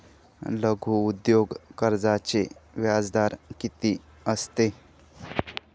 लघु उद्योग कर्जाचे व्याजदर किती असते?